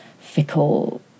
fickle